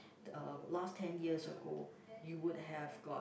uh last ten years ago you would have got